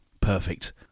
Perfect